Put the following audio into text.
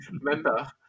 Remember